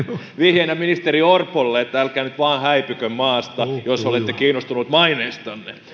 vihjeenä ministeri orpolle että älkää nyt vaan häipykö maasta jos olette kiinnostunut maineestanne